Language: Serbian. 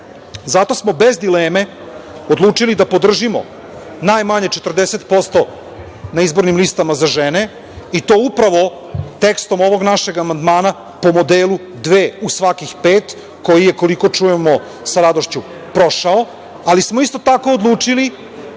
smo, bez dileme, odlučili da podržimo najmanje 40% na izbornim listama za žene i to upravo tekstom ovog našeg amandmana, po modelu dve u svakih pet, koji je, koliko čujemo, sa radošću prošao. Ali, isto tako smo odlučili